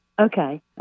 Okay